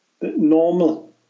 normal